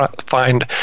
find